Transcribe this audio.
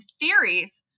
theories